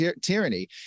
tyranny